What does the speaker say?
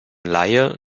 laie